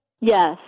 Yes